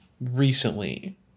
recently